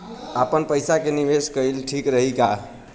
आपनपईसा के निवेस कईल ठीक रही का?